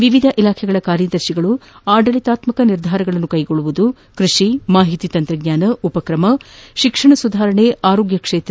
ವಿವಿಧ ಇಲಾಖೆಗಳ ಕಾರ್ಯದರ್ಶಿಗಳು ಆಡಳಿತ ನಿರ್ಧಾರ ಕೈಗೊಳ್ಳುವುದು ಕೃಷಿ ಮಾಹಿತಿ ತಂತ್ರಜ್ಞಾನ ಉಪಕ್ರಮ ಶಿಕ್ಷಣ ಸುಧಾರಣೆ ಆರೋಗ್ಯ ಕ್ಷೇತ್ರ